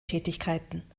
tätigkeiten